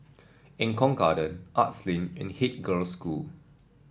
Eng Kong Garden Arts Link and Haig Girls' School